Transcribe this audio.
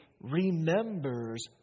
remembers